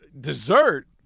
Dessert